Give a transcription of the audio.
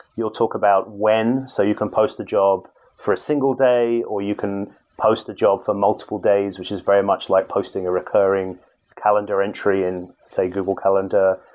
you'll about when. so you can post the job for a single day, or you can post the job for multiple days, which is very much like posting a recurring calendar entry in say google calendar,